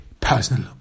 personal